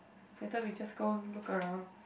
later we just go look around